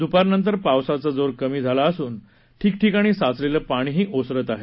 दुपारनंतर पावसाचा जोर कमी झाला असून ठिकठिकाणी साचलेलं पाणीही ओसरत आहे